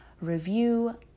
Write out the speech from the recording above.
review